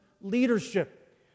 leadership